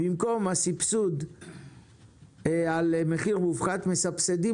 במקום הסבסוד על מחיר מופחת מסבסדים